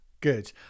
good